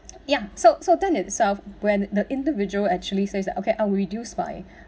ya so so turn itself when the individual actually says that okay I'll reduce by